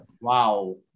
Wow